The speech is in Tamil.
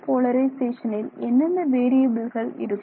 TM போலரிசேஷனில் என்னென்ன வேறியபில்கள் இருக்கும்